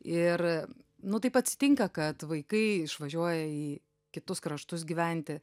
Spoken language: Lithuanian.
ir nu taip atsitinka kad vaikai išvažiuoja į kitus kraštus gyventi